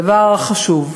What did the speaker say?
דבר חשוב,